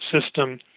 system